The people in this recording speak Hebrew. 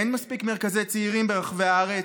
אין מספיק מרכזי צעירים ברחבי הארץ,